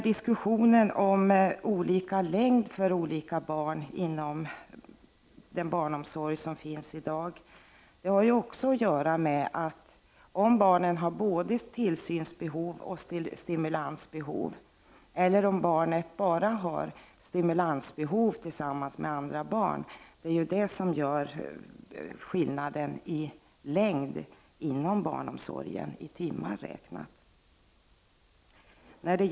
Diskussionen om olika lång vistelse för olika barn inom den barnomsorg som finns i dag har också att göra med om barnet har både tillsynsbehov och stimulansbehov eller om barnet bara behöver stimulans tillsammans med andra barn. Det är det som gör skillnaden i vistelsens längd inom barnomsorgen, i timmar räknat.